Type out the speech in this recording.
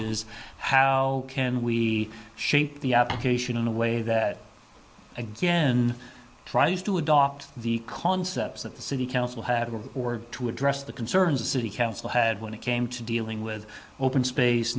is how can we shape the application in a way that again tries to adopt the concepts that the city council have or to address the concerns of city council had when it came to dealing with open space